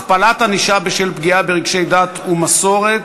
הכפלת ענישה בשל פגיעה ברגשי דת ומסורת),